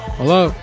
hello